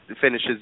finishes